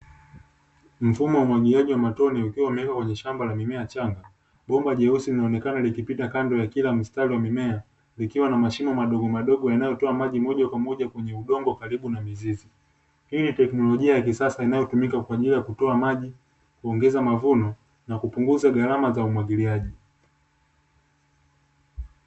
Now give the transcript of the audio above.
Mfumo wa umwagiliaji wa matone ukiwa umeweka kwenye shamba la mimea changa bomba jeusi linaonekana likipita kando ya kila mstari wa mimea, likiwa na mashimo madogo madogo yanayotoa maji moja kwa moja kwenye udongo karibu na mizizi, hii ni tekinolojia ya kisasa inayotumika kwa ajili ya kutoa maji kuongeza mavuno na kupunguza gharama za umwagiliaji .